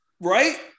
Right